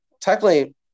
technically